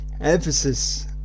emphasis